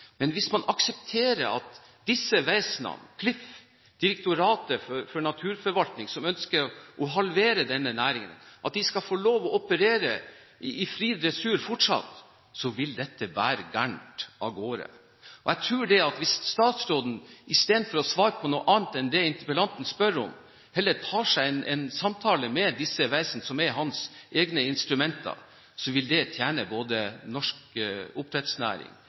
Hvis man aksepterer at disse vesenene – Klif og Direktoratet for naturforvaltning, som ønsker å halvere denne næringen – fortsatt skal få lov til å operere i fri dressur, vil dette bære galt av sted. Hvis statsråden istedenfor å svare på noe annet enn det interpellanten spør om, heller tar seg en samtale med disse vesenene, som er hans egne instrumenter, vil det tjene både norsk oppdrettsnæring,